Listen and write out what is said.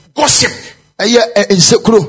gossip